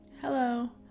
Hello